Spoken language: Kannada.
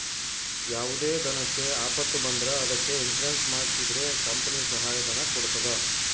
ಯಾವುದೇ ದನಕ್ಕೆ ಆಪತ್ತು ಬಂದ್ರ ಅದಕ್ಕೆ ಇನ್ಸೂರೆನ್ಸ್ ಮಾಡ್ಸಿದ್ರೆ ಕಂಪನಿ ಸಹಾಯ ಧನ ಕೊಡ್ತದ